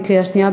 בקריאה שנייה.